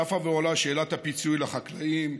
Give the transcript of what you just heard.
צפה ועולה שאלת הפיצוי לחקלאים.